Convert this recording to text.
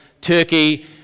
Turkey